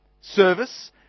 service